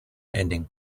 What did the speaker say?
ending